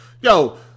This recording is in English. Yo